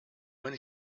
when